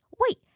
wait